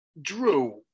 drew